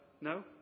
No